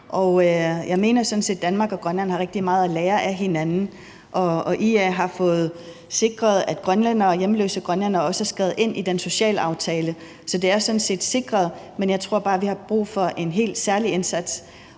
sådan set, at Danmark og Grønland har rigtig meget at lære af hinanden. IA har fået sikret, at hjemløse grønlændere også er skrevet ind i den socialaftale, så det er sådan set sikret, men jeg tror bare, at vi har brug for en helt særlig indsats.